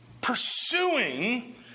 pursuing